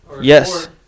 yes